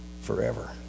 forever